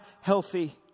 healthy